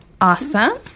Awesome